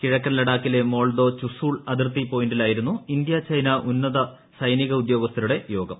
കിഴക്കൻ ലഡാക്കിലെ മോൾദോ പ്പുസൂൾ അതിർത്തി പോയിന്റിലായിരുന്നു ഇന്ത്യ ചൈന ഉന്നു സൈനിക ഉദ്യോഗസ്ഥരുടെ യോഗം